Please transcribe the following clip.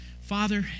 Father